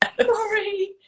Sorry